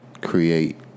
create